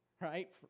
right